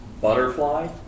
butterfly